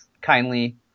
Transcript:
kindly